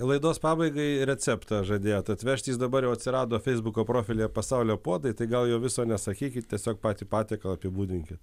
laidos pabaigai receptą žadėjot atvežti jis dabar jau atsirado feisbuko profilyje pasaulio puodai tai gal jo viso nesakykit tiesiog patį patiekalą apibūdinkit